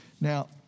Now